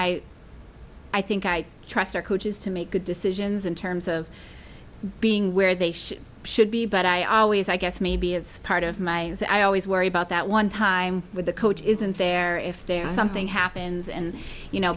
i i think i trust our coaches to make good decisions in terms of being where they should be but i always i guess maybe it's part of my i always worry about that one time with the coach isn't there if there's something happens and you know